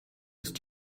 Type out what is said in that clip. ist